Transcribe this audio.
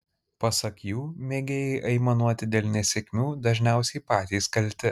pasak jų mėgėjai aimanuoti dėl nesėkmių dažniausiai patys kalti